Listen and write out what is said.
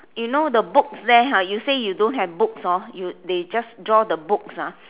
you know the books there ah you say you don't have books hor they just draw the books ah